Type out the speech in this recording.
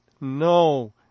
no